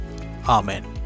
Amen